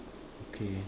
okay